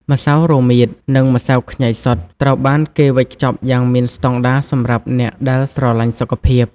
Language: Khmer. ម្សៅរមៀត និងម្សៅខ្ញីសុទ្ធ ត្រូវបានគេវេចខ្ចប់យ៉ាងមានស្តង់ដារសម្រាប់អ្នកដែលស្រឡាញ់សុខភាព។